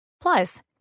Plus